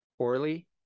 Poorly